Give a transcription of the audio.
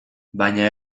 baina